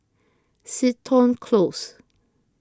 Seton Close